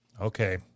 okay